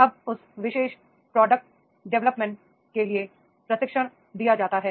अब उस विशेष प्रोडक्ट डेवलपमेंट के लिए प्रशिक्षण दिया जाता है